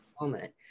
moment